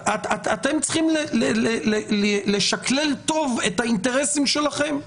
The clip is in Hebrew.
אתם צריכים לשכלל טוב את האינטרסים שלכם.